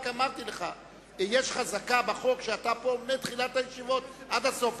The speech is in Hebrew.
רק אמרתי לך: יש חזקה בחוק שאתה פה מתחילת הישיבות עד הסוף,